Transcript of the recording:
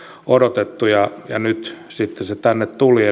odotettu ja ja nyt sitten se tänne tuli